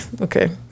okay